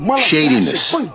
shadiness